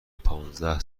پانزده